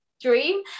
Dream